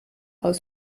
aus